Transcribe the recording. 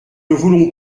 voulons